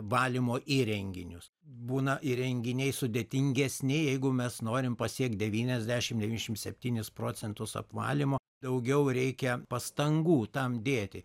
valymo įrenginius būna įrenginiai sudėtingesni jeigu mes norim pasiekt devyniasdešim devyniasdešim septynis procentus apvalymo daugiau reikia pastangų tam dėti